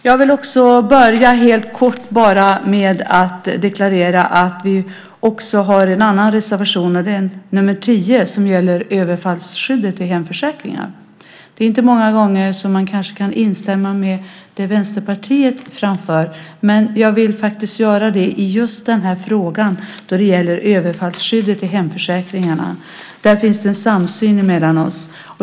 Jag vill helt kort börja med att deklarera att vi också har en annan reservation, nr 10, som gäller överfallsskyddet i hemförsäkringar. Det är kanske inte många gånger som man kan instämma i det Vänsterpartiet framför, men jag vill göra det i just den här frågan om överfallsskyddet i hemförsäkringarna. Där finns det en samsyn mellan oss.